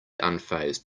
unfazed